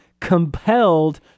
compelled